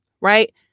right